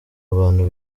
abantu